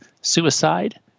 suicide